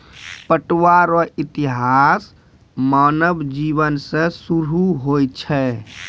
पटुआ रो इतिहास मानव जिवन से सुरु होय छ